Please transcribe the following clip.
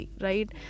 Right